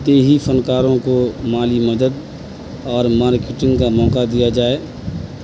دیہی فنکاروں کو مالی مدد اور مارکیٹنگ کا موقع دیا جائے